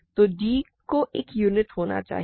तो d को एक यूनिट होना चाहिए